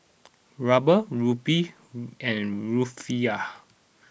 Ruble Rupee and Rufiyaa